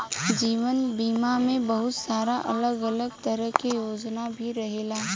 जीवन बीमा में बहुत सारा अलग अलग तरह के योजना भी रहेला